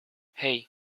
hey